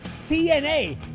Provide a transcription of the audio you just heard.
TNA